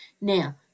Now